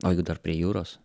o jeigu dar prie jūros